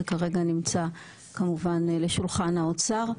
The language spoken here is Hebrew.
זה כרגע נמצא כמובן לשולחן האוצר,